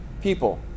people